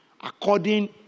According